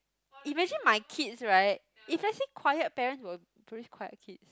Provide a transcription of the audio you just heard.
imagine my kids right if let's say quiet parents will raise quiet kids